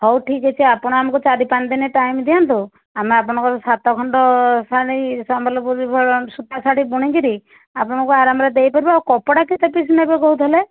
ହଉ ଠିକ୍ ଅଛି ଆପଣ ଆମକୁ ଚାରି ପାଞ୍ଚ ଦିନ ଟାଇମ୍ ଦିଅନ୍ତୁ ଆମେ ଆପଣଙ୍କର ସାତ ଖଣ୍ଡ ଶାଢ଼ୀ ସମ୍ବଲପୁରୀ ଭଲ ସୂତା ଶାଢ଼ୀ ବୁଣିକିରି ଆପଣଙ୍କୁ ଆରାମରେ ଦେଇଦେବୁ ଆଉ କପଡ଼ା କେତେ ପିସ୍ ନେବେ କହୁଥିଲେ